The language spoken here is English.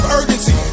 urgency